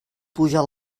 puja